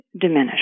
diminish